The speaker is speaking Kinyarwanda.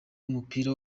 w’umupira